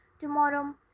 tomorrow